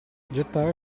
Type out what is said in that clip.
gettare